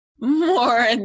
more